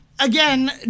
Again